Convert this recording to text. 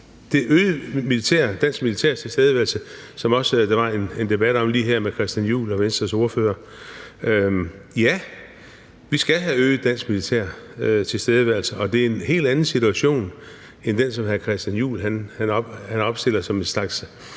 den øgede danske militære tilstedeværelse, som der også lige var en debat om her med hr. Christian Juhl og Venstres ordfører: Ja, vi skal have øget dansk militær tilstedeværelse, og det er en helt anden situation end den, som hr. Christian Juhl opstiller som en slags